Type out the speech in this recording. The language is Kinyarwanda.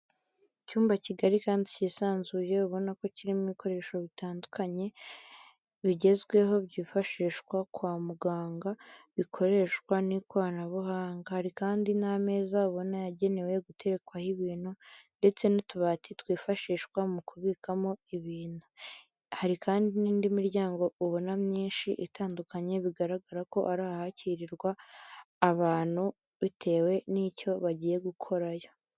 Icyumba kigari kandi cyisanzuye ubona ko kirimo ibikoresho bitandukanye bigezweho byifashishwa kwa muganga, bikoreshwa n'ikoranabuhanga. Hari kandi n'ameza ubona yagenewe guterekwaho ibintu ndetse n'utubati twifashishwa mu kubikamo ibintu. Hari kandi n'indi miryango ubona myinshi itandukanye, bigaragara ko ari ahakirirwa abantu bitewe n'icyo bagiye gukorayo.